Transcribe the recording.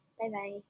Bye-bye